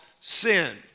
sin